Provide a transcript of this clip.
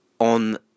On